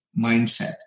mindset